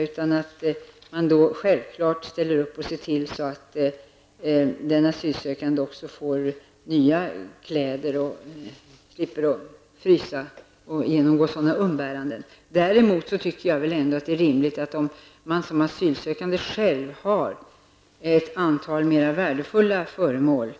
I en sådan situation ställer samhället givetvis upp och ser till att den asylsökande får nya kläder och slipper frysa eller utstå andra umbäranden. Däremot tycker jag att det är rimligt att asylsökande som har mer värdefulla föremål